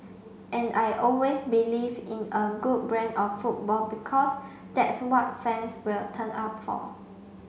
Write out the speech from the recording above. and I always believed in a good brand of football because that's what fans will turn up for